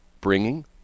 Bringing